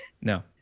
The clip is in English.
no